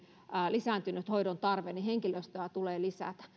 lisääntynyt hoidon tarve henkilöstöä tulee lisätä